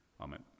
Amen